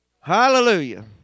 Hallelujah